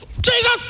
Jesus